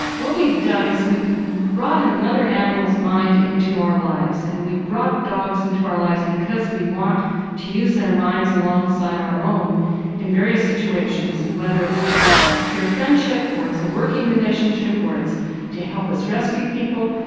what we've done is we've brought and another animal's mind into our lives and we've brought dogs into our lives because we want to use their minds alongside our own in various situations and whether it's just pure friendship or it's a working relationship, or it's to help us rescue people,